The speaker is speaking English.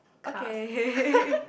okay